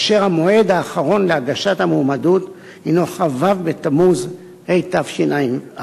והמועד האחרון להגשת המועמדות הינו כ"ו בתמוז התשע"ב,